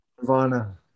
Nirvana